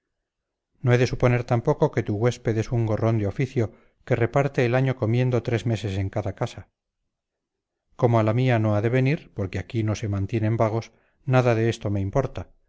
no he de suponer tampoco que tu huésped es un gorrón de oficio que reparte el año comiendo tres meses en cada casa como a la mía no ha de venir porque aquí no se mantienen vagos nada de esto me importa